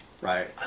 Right